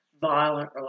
violent